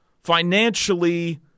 financially